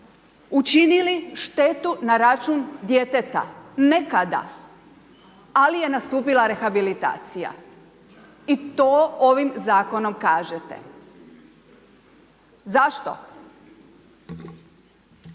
učinili štetu na račun djeteta nekada ali je nastupila rehabilitacija. I to ovim zakonom kažete. Zašto?